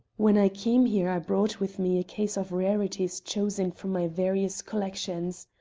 when i came here, i brought with me a case of rarities chosen from my various collections.